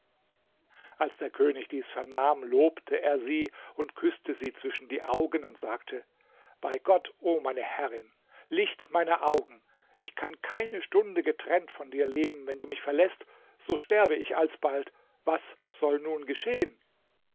als der könig dies vernahm lobte er sie und küßte sie zwischen die augen und sagte bei gott o meine herrin licht meiner augen ich kann keine stunde getrennt von dir leben wenn du mich verläßt so sterbe ich alsbald was soll nun geschehen